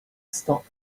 stop